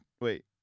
Wait